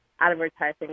advertising